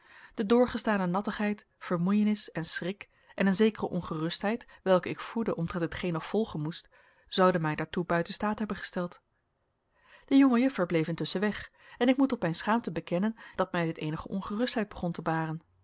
de doorgestane nattigheid vermoeienis en schrik en een zekere ongerustheid welke ik voedde omtrent hetgeen nog volgen moest zouden mij daartoe buiten staat hebben gesteld de jonge juffer bleef intusschen weg en ik moet tot mijn schaamte bekennen dat mij dit eenige ongerustheid begon te baren